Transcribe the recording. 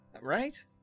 Right